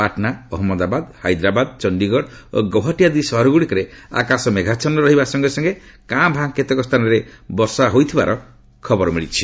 ପାଟନା ଅହନ୍ମଦାବାଦ ହାଇଦ୍ରାବାଦ ଚଣ୍ଡିଗଡ଼ ଓ ଗୌହାଟୀ ଆଦି ସହରଗୁଡ଼ିକରେ ଆକାଶ ମେଘାଚ୍ଛନ୍ନ ରହିବା ସଙ୍ଗେ ସଙ୍ଗେ କାଁ ଭାଁ କେତେକ ସ୍ଥାନରେ ବର୍ଷା ହୋଇଥିବାର ଖବର ମିଳିଛି